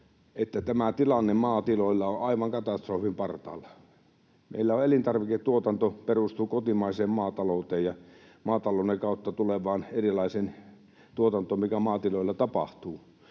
että tämä tilanne maatiloilla on aivan katastrofin partaalla. Meillä elintarviketuotanto perustuu kotimaiseen maatalouteen ja maatalouden kautta tulevaan erilaiseen tuotantoon, mitä maatiloilla tapahtuu.